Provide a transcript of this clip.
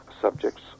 subjects